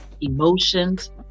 emotions